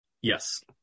Yes